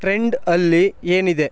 trend ಅಲ್ಲಿ ಏನಿದೆ